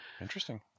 Interesting